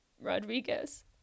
Rodriguez